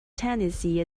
tennessee